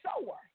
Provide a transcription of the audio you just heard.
sower